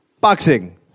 boxing